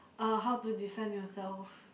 uh how to defend yourself